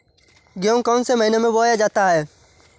गेहूँ कौन से महीने में बोया जाता है?